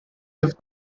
liv